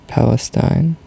Palestine